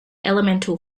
elemental